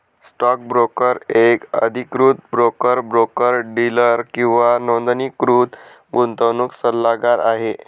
stock broker एक अधिकृत broker, broker dealer किंवा नोंदणीकृत गुंतवणूक सल्लागार आहे